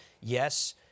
Yes